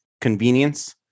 convenience